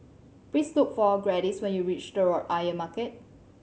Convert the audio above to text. please look for Gladys when you reach Telok Ayer Market